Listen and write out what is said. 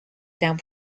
d’un